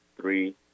three